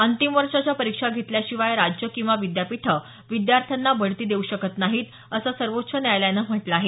अंतिम वर्षाच्या परीक्षा घेतल्याशिवाय राज्यं किंवा विद्यापीठं विद्यार्थ्यांना बढती देऊ शकत नाहीत असं सर्वोच्च न्यायालयानं म्हटलं आहे